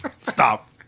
stop